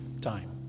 time